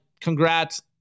congrats